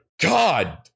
God